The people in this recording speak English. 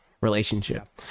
relationship